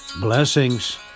Blessings